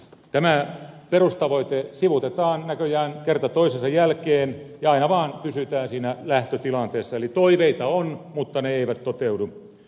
tämä perustavoite sivuutetaan näköjään kerta toisensa jälkeen ja aina vaan pysytään siinä lähtötilanteessa eli toiveita on mutta ne eivät toteudu